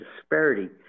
disparity